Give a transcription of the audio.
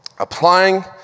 applying